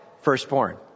firstborn